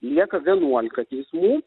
lieka vienuolika teismų